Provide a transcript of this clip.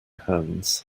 hands